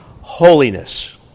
holiness